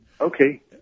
Okay